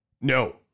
No